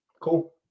Cool